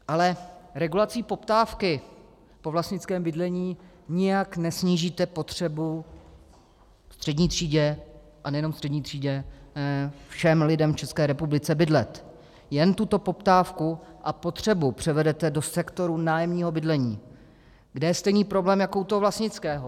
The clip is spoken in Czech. Ale regulací poptávky po vlastnickém bydlení nijak nesnížíte potřebu střední třídě, a nejenom střední třídě, všem lidem v České republice bydlet, jen tuto poptávku a potřebu převedete do sektoru nájemního bydlení, kde je stejný problém jako u toho vlastnického.